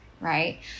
right